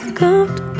comfortable